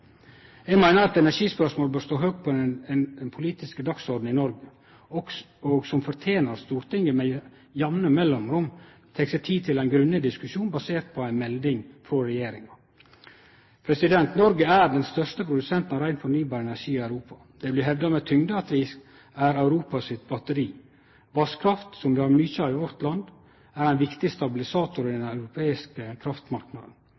Eg meiner at energispørsmål bør stå høgt på den politiske dagsordenen i Noreg, som fortener at Stortinget med jamne mellomrom tek seg tid til ein grundig diskusjon basert på ei melding frå regjeringa. Noreg er den største produsenten av rein, fornybar energi i Europa. Det blir hevda med tyngde at vi er Europa sitt batteri. Vasskraft, som vi har mykje av i vårt land, er ein viktig stabilisator i den